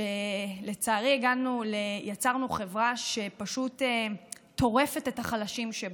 שלצערי יצרנו חברה שפשוט טורפת את החלשים שבה,